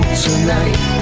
tonight